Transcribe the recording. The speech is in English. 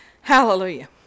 Hallelujah